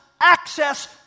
access